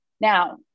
Now